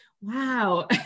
wow